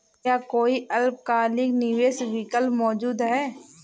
क्या कोई अल्पकालिक निवेश विकल्प मौजूद है?